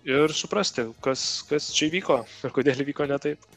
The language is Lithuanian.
ir suprasti kas kas čia įvyko ir kodėl įvyko ne taip